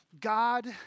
God